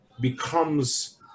becomes